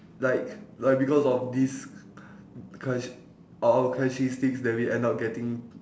like like because of these charac~ our characteristics that we end up getting